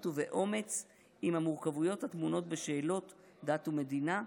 ובאומץ עם המורכבויות הטמונות בשאלות דת ומדינה,